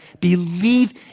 believe